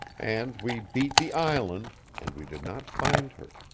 and we beat the island, and we did not find her.